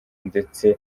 ndetse